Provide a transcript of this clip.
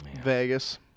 Vegas